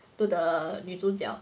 to the 女主角